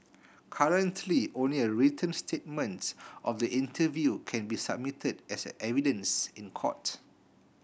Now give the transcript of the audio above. currently only a written statement of the interview can be submitted as a evidence in court